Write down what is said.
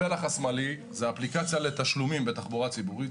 החלק השמאלי זו אפליקציה לתשלומים בתחבורה ציבורית,